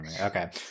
Okay